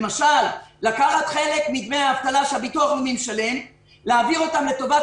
למשל לקחת חלק מדמי האבטלה שהביטוח הלאומי משלם ולהעביר לטובת